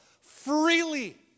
freely